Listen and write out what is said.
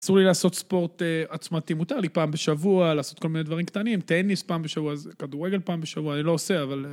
אסור לי לעשות ספורט עצמתי, מותר לי פעם בשבוע לעשות כל מיני דברים קטנים, טניס פעם בשבוע, כדורגל פעם בשבוע, אני לא עושה אבל...